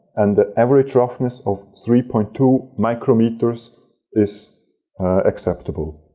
and the average roughness of three point two micrometers is acceptable.